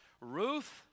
Ruth